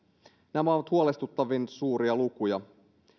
nämä ovat huolestuttavan suuria lukuja